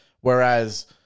Whereas